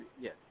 Yes